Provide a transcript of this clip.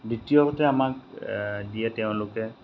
দ্বিতীয়তে আমাক দিয়ে তেওঁলোকে